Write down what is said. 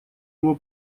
его